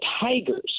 tigers